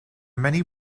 many